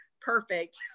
perfect